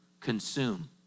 consume